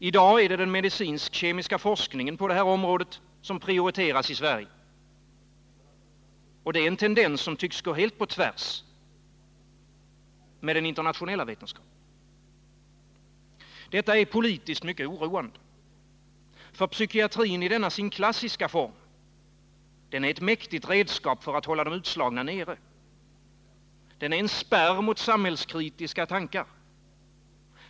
I dag är det den medicinsk-kemiska forskningen på området som prioriteras i Sverige — en tendens som tycks gå helt på tvärs med den internationella vetenskapen. Detta är politiskt mycket oroande, för psykiatrin i denna sin klassiska form är ett mäktigt redskap för att hålla de utslagna nere. Den är en spärr mot samhällskritiska tankar.